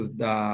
da